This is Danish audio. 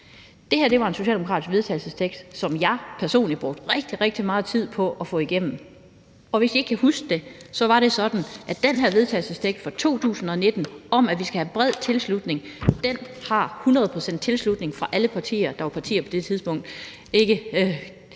Det her var en socialdemokratisk vedtagelsestekst, som jeg personligt brugte rigtig, rigtig meget tid på at få igennem. Og hvis I ikke kan huske det, så var det sådan, at den her vedtagelsestekst fra 2019 om, at vi skal have bred tilslutning, har 100 pct.s tilslutning fra alle partier, dog var Frie Grønne ikke